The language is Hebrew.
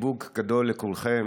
חיבוק גדול לכולכם,